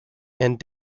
and